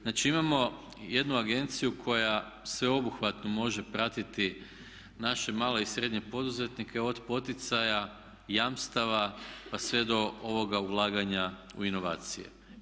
Znači imamo jednu agenciju koja sveobuhvatno može pratiti naše male i srednje poduzetnike od poticaja, jamstava pa sve do ovoga ulaganja u inovacije.